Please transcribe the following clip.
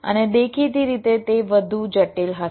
અને દેખીતી રીતે તે વધુ જટિલ હશે